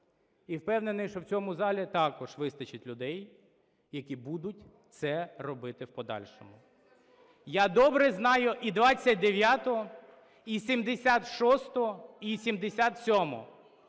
І впевнений, що в цьому залі також вистачить людей, які будуть це робити в подальшому. Я добре знаю і 29-у, і 76-у, і 77-у.